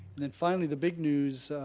and and finally, the big news